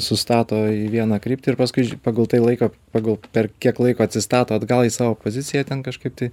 sustato į vieną kryptį ir paskui pagal tai laiko pagal per kiek laiko atsistato atgal į savo poziciją ten kažkaip tai